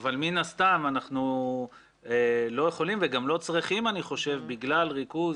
הסתם אנחנו לא יכולים ואני חושב שגם לא צריכים בגלל ריכוז